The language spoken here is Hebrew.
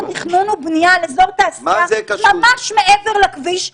תכנון ובנייה על אזור תעשייה ממש מעבר לכביש.